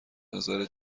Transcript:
نظر